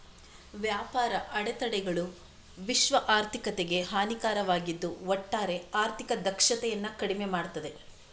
ವ್ಯಾಪಾರ ಅಡೆತಡೆಗಳು ವಿಶ್ವ ಆರ್ಥಿಕತೆಗೆ ಹಾನಿಕಾರಕವಾಗಿದ್ದು ಒಟ್ಟಾರೆ ಆರ್ಥಿಕ ದಕ್ಷತೆಯನ್ನ ಕಡಿಮೆ ಮಾಡ್ತದೆ